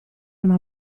una